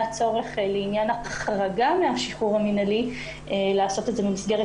צורך לעניין החרגה מהשחרור המינהלי לעשות את זה במסגרת